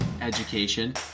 education